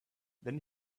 then